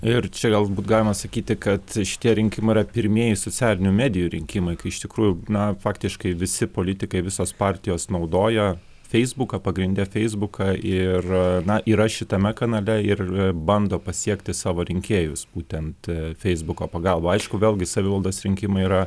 ir čia galbūt galima sakyti kad šitie rinkimai yra pirmieji socialinių medijų rinkimai kai iš tikrųjų na faktiškai visi politikai visos partijos naudoja feisbuką pagrinde feisbuką ir na yra šitame kanale ir bando pasiekti savo rinkėjus būtent feisbuko pagalba aišku vėlgi savivaldos rinkimai yra